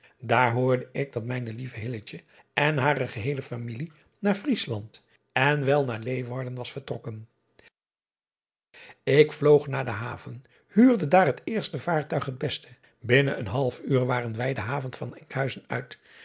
aar hoorde ik dat mijne lieve en hare geheele familie naar riesland en wel naar eeuwarden was vertrokken k vloog naar de haven huurde daar het eerste vaartuig het beste binnen een halfuur waren wij de haven van nkhuizen uit